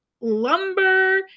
lumber